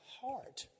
heart